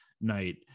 night